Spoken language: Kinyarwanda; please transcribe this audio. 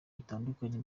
bitandukanye